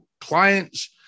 clients